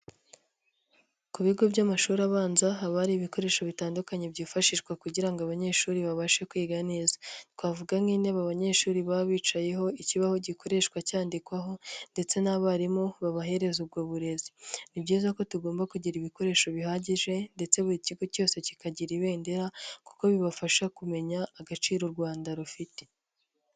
Ku bigo by'amashuri abanza haba hari ibikoresho bitandukanye byifashishwa kugira ngo abanyeshuri babashe kwiga neza, twavuga nk'intebe abanyeshuri baba bicayeho, ikibaho gikoreshwa cyandikwaho ndetse n'abarimu babahereza ubwo burezi. Ni byiza ko tugomba kugira ibikoresho bihagije ndetse buri kigo cyose kikagira ibendera kuko bibafasha kumenya agaciro u Rwanda rufite.